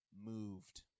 moved